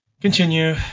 Continue